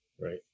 right